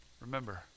remember